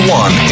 one